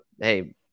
hey